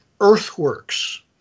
earthworks